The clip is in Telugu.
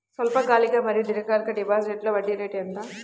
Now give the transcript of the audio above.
స్వల్పకాలిక మరియు దీర్ఘకాలిక డిపోజిట్స్లో వడ్డీ రేటు ఎంత?